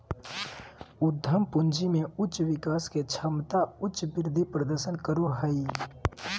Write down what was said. उद्यम पूंजी में उच्च विकास के क्षमता उच्च वृद्धि प्रदर्शन करो हइ